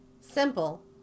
simple